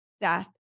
death